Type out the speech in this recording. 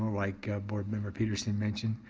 like board member petersen mentioned,